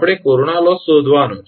આપણે corona loss શોધવાનો છે